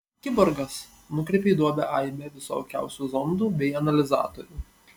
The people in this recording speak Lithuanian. kiborgas nukreipė į duobę aibę visokiausių zondų bei analizatorių